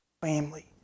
family